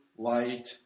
Light